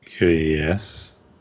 Yes